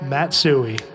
Matsui